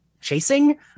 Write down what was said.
chasing